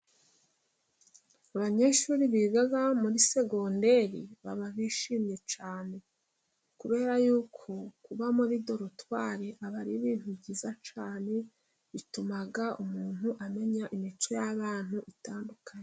Abanyeshuri biga muri segonderi baba bishimye cyane, kubera yuko kuba muri dorotwari biba ari ibintu byiza cyane, bituma umuntu amenya imico y'abantu itandukanye.